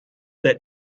that